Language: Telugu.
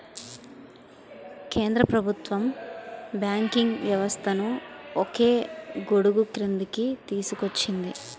కేంద్ర ప్రభుత్వం బ్యాంకింగ్ వ్యవస్థను ఒకే గొడుగుక్రిందికి తీసుకొచ్చింది